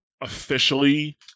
officially